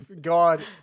God